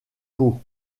caux